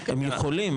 הם יכולים,